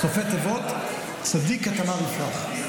סופי תיבות, "צדיק כתמר יפרח".